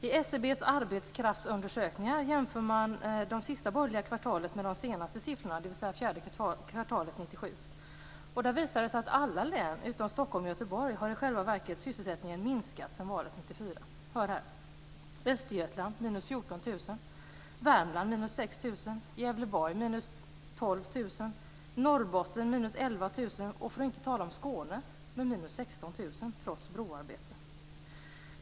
I SCB:s arbetskraftsundersökningar jämför man det sista kvartalet under de borgerliga åren med de senaste siffrorna, dvs. för det fjärde kvartalet 1997. Då visar det sig att sysselsättningen i själva verket har minskat i alla län utom Stockholm och Göteborg sedan valet 1994. Hör här: Östergötland minus 14 000, Värmland minus 6 000, Gävleborg minus 12 000 och Norrbotten minus 11 000 - för att då inte tala om Skåne med minus 16 000 trots broarbete!